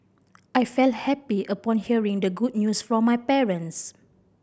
I felt happy upon hearing the good news from my parents